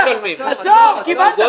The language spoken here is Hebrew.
קיבלת.